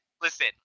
listen